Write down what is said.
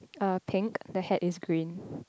uh pink the hat is green